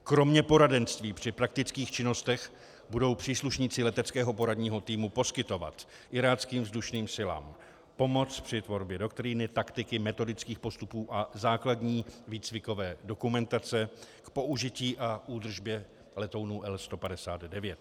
Kromě poradenství při praktických činnostech budou příslušníci Leteckého poradního týmu poskytovat iráckým vzdušným silám pomoc při tvorbě doktríny, taktiky, metodických postupů a základní výcvikové dokumentace k použití a údržbě letounů L159.